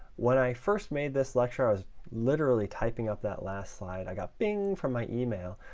when i first made this lecture, i was literally typing up that last slide. i got ping from my email,